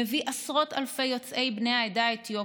מביא עשרות אלפי יוצאי בני העדה האתיופית,